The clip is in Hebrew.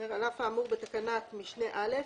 (ד) על אף האמור בתקנת משנה (א),